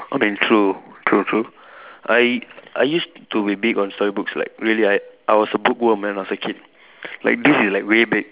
I mean true true true I I use to be big on story books like really I I was a bookworm when I was a kid like this is like way back